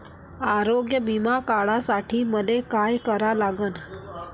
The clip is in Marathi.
आरोग्य बिमा काढासाठी मले काय करा लागन?